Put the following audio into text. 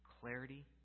clarity